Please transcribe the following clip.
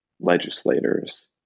legislators